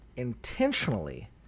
intentionally